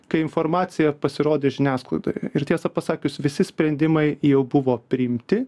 kai informacija pasirodė žiniasklaidoj ir tiesą pasakius visi sprendimai jau buvo priimti